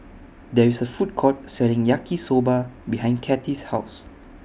There IS A Food Court Selling Yaki Soba behind Cathi's House